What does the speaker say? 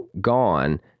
gone